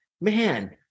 man